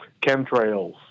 chemtrails